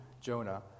Jonah